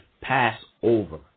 Passover